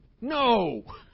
No